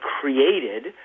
created –